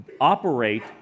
operate